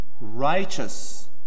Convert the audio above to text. righteous